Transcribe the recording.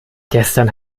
gestern